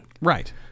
Right